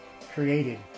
created